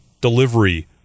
delivery